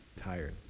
tired